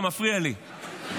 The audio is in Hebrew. אתה מפריע לי,